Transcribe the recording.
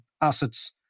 assets